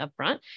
upfront